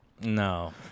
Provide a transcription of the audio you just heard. no